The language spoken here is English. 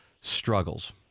struggles